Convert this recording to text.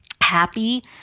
happy